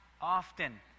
often